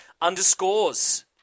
underscores